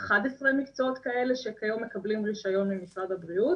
11 מקצועות כאלה שכיום מקבלים רישיון ממשרד הבריאות